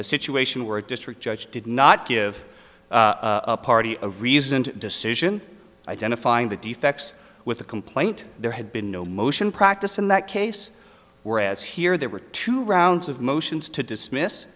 a situation where a district judge did not give a party a reasoned decision identifying the defects with the complaint there had been no motion practice in that case were as here there were two rounds of motions to dismiss